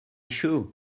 shoe